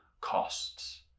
costs